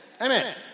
Amen